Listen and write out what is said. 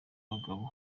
abagabo